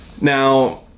Now